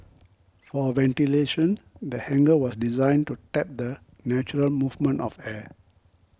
for ventilation the hangar was designed to tap the natural movement of air